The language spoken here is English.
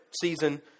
season